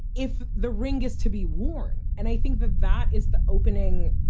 if the ring is to be worn, and i think that that is the opening,